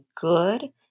good